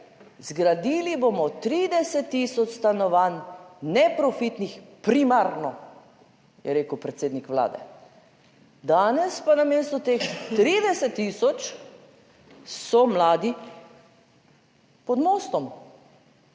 zgradili bomo 30000 stanovanj, neprofitnih primarno, je rekel predsednik Vlade. Danes pa namesto teh 30000 so mladi pod mostom.